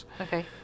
Okay